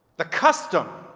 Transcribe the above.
the custom